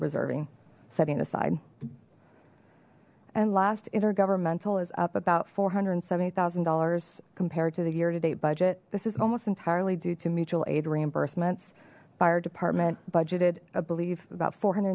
reserving setting aside and last inter governmental is up about four hundred and seventy thousand dollars compared to the year to date budget this is almost entirely due to mutual aid reimbursements fire department budgeted a belief about four